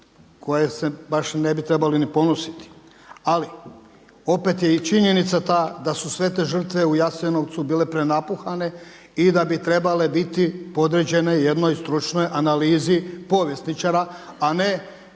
kojoj se baš i ne bi trebali ponositi. Ali opet je i činjenica ta da su sve te žrtve u Jasenovcu bile prenapuhane i da bi trebale biti podređene jednoj stručnoj analizi povjesničara, a ne